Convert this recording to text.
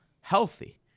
healthy